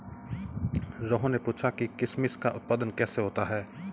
रोहन ने पूछा कि किशमिश का उत्पादन कैसे होता है?